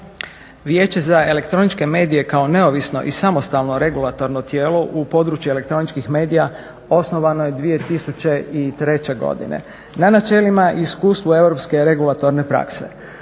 Vijeće za elektroničke medije kao neovisno i samostalno regulatorno tijelo u području elektroničkih medija osnovano je 2003. godine na načelima i iskustvu europske regulatorne prakse.